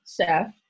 chef